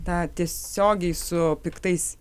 tą tiesiogiai su piktais